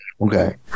Okay